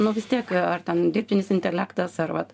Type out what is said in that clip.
nu vis tiek ar ten dirbtinis intelektas ar vat